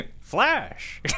Flash